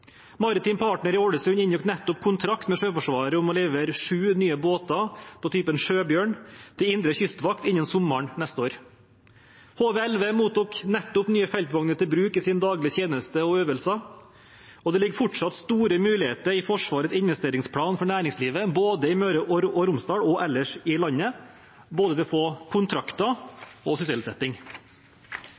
Partner i Ålesund inngikk nettopp kontrakt med Sjøforsvaret om å levere sju nye båter av typen Sjøbjørn til indre kystvakt innen sommeren neste år. HV-11 mottok nettopp nye feltvogner til bruk i sin daglig tjeneste og i øvelser. Og det ligger fortsatt store muligheter i Forsvarets investeringsplan for næringslivet, både i Møre og Romsdal og ellers i landet, til å få kontrakter og til sysselsetting.